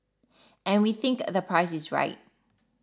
and we think the price is right